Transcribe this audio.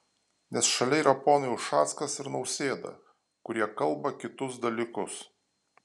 nes šalia yra ponai ušackas ir nausėda kurie kalba kitus dalykus